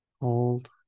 Hold